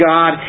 God